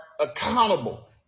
accountable